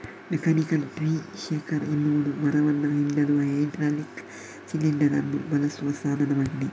mechanical tree shaker ಎನ್ನುವುದು ಮರವನ್ನ ಹಿಂಡಲು ಹೈಡ್ರಾಲಿಕ್ ಸಿಲಿಂಡರ್ ಅನ್ನು ಬಳಸುವ ಸಾಧನವಾಗಿದೆ